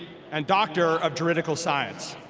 and doctor of juridical science.